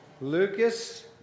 Lucas